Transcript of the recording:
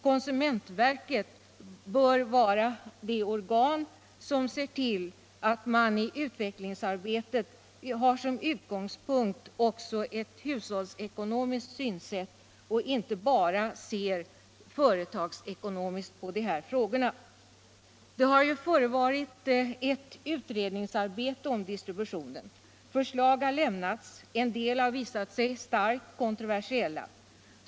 Konsumentverket bör vara det organ som ser till att man i utvecklingsarbetet har som utgångspunkt också ett hushållsekonomiskt synsätt och inte bara ser företagsekonomiskt på de här frågorna. Det har ju förevarit ett utredningsarbete om distributionen. Förslag har lämnats. En del har visat sig starkt kontroversiella.